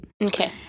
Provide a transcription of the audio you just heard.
Okay